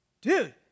dude